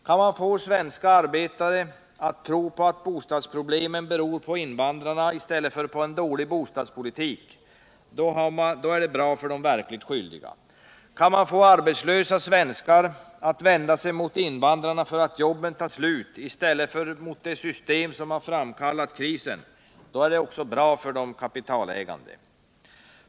Kan man få svenska arbetare att tro att bostadsproblemen beror på invandrarna i stället för på en dålig bostadspolitik, är det bra för de verkligt skyldiga. Kan man få arbetslösa svenskar att vända sig mot invandrarna därför att jobben tar slut i stället för mot det system som har framkallat krisen, är det bra för de kapitalägande.